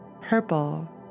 purple